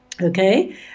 Okay